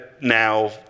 now